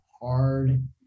hard